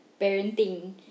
parenting